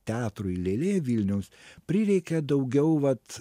teatrui lėlė vilniaus prireikė daugiau vat